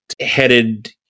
headed